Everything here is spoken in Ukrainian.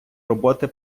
роботи